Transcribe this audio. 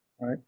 right